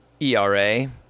ERA